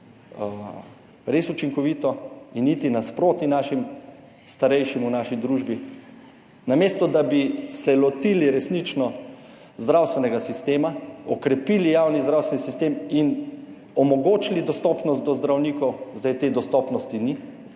res učinkovito in iti nasproti našim starejšim v naši družbi. Namesto, da bi se lotili resnično zdravstvenega sistema, okrepili javni zdravstveni sistem in omogočili dostopnost do zdravnikov. Zdaj te dostopnosti ni,